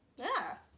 yeah